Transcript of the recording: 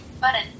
Button